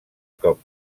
cop